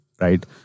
right